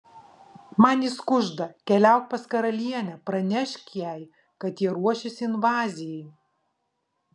man jis kužda keliauk pas karalienę pranešk jai kad jie ruošiasi invazijai